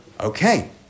Okay